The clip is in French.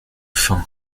faim